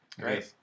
Great